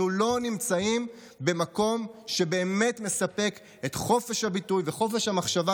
אנחנו לא נמצאים במקום שבאמת מספק את חופש הביטוי וחופש המחשבה,